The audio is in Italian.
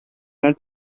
nel